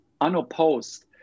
unopposed